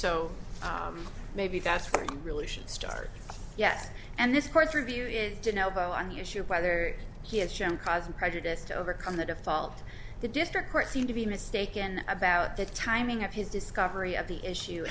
so maybe that's where you really should start yes and this court review is to know on the issue of whether he has shown cause of prejudice to overcome the default the district court seemed to be mistaken about the timing of his discovery of the issue